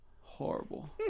Horrible